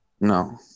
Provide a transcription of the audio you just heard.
No